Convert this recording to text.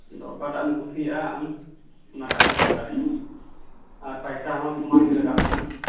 ᱟᱫᱚ ᱚᱠᱟᱴᱟᱜ ᱮᱢ ᱠᱩᱥᱤᱭᱟᱜᱼᱟ ᱟᱢ ᱚᱱᱟᱴᱟᱜ ᱜᱮᱢ ᱦᱟᱛᱟᱣ ᱫᱟᱲᱮᱭᱟᱜᱼᱟ ᱟᱨ ᱯᱚᱭᱥᱟ ᱦᱚᱸ ᱥᱚᱢᱟᱱ ᱜᱮ ᱞᱟᱜᱟᱜ ᱠᱟᱱᱟ